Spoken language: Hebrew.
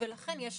ולכן יש